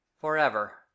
forever